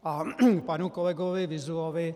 A k panu kolegovi Vyzulovi.